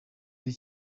ari